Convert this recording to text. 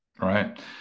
right